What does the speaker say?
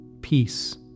peace